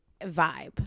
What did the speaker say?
vibe